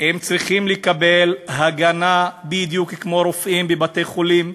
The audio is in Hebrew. הם צריכים לקבל הגנה בדיוק כמו רופאים בבתי-חולים,